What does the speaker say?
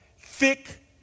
Thick